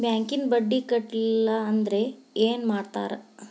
ಬ್ಯಾಂಕಿನ ಬಡ್ಡಿ ಕಟ್ಟಲಿಲ್ಲ ಅಂದ್ರೆ ಏನ್ ಮಾಡ್ತಾರ?